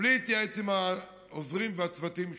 ובלי להתייעץ עם העוזרים והצוותים שלו.